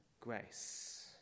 grace